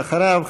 ואחריו,